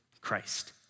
Christ